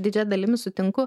didžia dalimi sutinku